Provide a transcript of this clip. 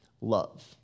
love